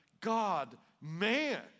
God-man